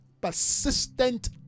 persistent